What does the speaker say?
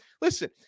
listen